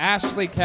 Ashley